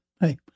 hey